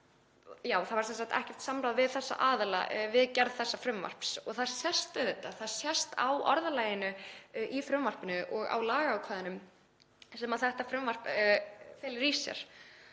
Það var sem sagt ekkert samráð við þessa aðila við gerð þessa frumvarps og það sést auðvitað á orðalaginu í frumvarpinu og á lagaákvæðunum sem þetta frumvarp felur í sér.